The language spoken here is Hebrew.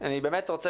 אני באמת רוצה